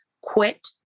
quit